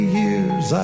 years